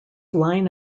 line